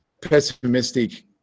pessimistic